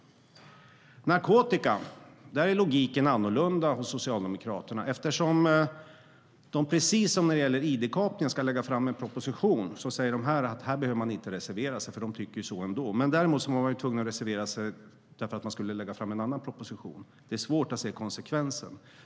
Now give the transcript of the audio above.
När det gäller narkotika är logiken annorlunda hos Socialdemokraterna, eftersom de precis som med id-kapningen ska lägga fram en proposition och säger att man inte behöver reservera sig. Man tycker nämligen så ändå. Däremot var man tvungen att reservera sig för att man skulle lägga fram en annan proposition, så det är svårt att se konsekvensen.